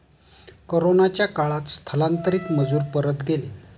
कोरोनाच्या काळात स्थलांतरित मजूर परत गेले